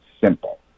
simple